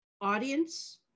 audience